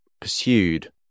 pursued